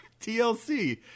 tlc